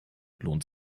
lohnt